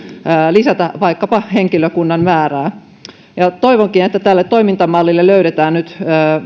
lisätä vaikkapa henkilökunnan määrää toivonkin että tälle toimintamallille löydetään nyt